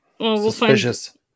Suspicious